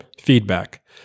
feedback